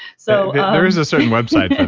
so there is a certain website for that.